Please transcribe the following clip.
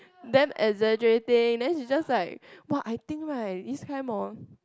damn exaggerating then she's just like !wah! I think right this time horn